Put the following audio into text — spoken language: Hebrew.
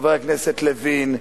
חבר הכנסת לוין,